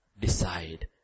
decide